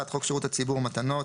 "(1) חוק שירות הציבור (מתנות),